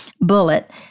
bullet